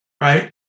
right